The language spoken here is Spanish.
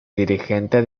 dirigente